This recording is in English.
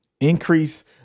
Increase